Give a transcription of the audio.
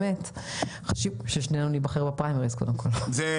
ונעשה שיתופי פעולה